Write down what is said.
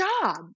job